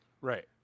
Right